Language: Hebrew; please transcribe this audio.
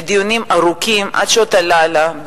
ודיונים ארוכים עד שעות הלילה,